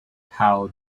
how